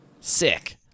Sick